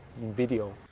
video